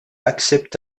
accepte